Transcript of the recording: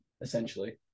Essentially